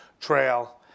trail